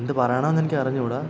എന്തു പറയണമെന്നെനിക്കറിഞ്ഞു കൂടാ